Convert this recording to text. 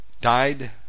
died